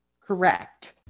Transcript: Correct